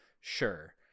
Sure